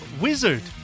Wizard